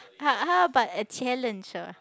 how how about a challenge ah